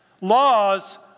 Laws